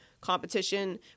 competition